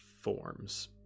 forms